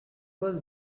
was